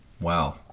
wow